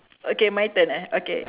okay my turn ah okay